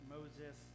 Moses